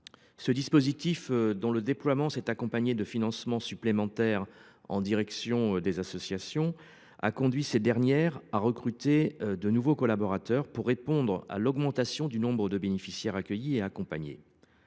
Ce dispositif, dont le déploiement s’est accompagné de financements supplémentaires en direction des associations, a conduit ces dernières à recruter de nouveaux collaborateurs pour répondre à l’augmentation du nombre de bénéficiaires accueillis et accompagnés.